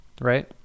right